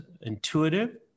intuitive